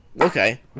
Okay